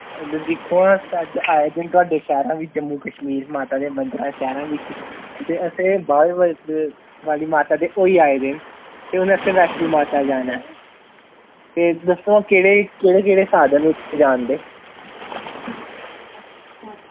इद्धर दिक्खो आं साढ़े आए दे जम्मू कशमीर मंदरें शैह्र बिच ते अस बाह्वे आह्ली माता दे होई आए न ते हून इत्थें माता वैष्णो जाना ऐ दस्सो आं केह्ड़े कोह्ड़े केह्ड़े साधन न उत्थें जान दे